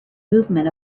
movement